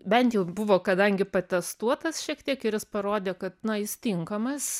bent jau buvo kadangi patestuotas šiek tiek ir jis parodė kad na jis tinkamas